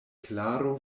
klaro